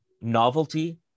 novelty